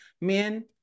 men